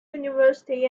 university